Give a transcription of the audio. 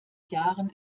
jahren